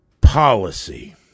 policy